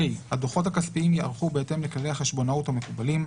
(ה) הדוחות הכספיים ייערכו בהתאם לכללי החשבונאות המקובלים,